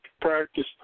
practice